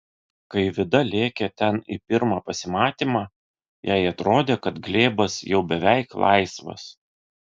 kai vida lėkė ten į pirmą pasimatymą jai atrodė kad glėbas jau beveik laisvas